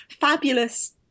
fabulous